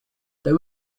there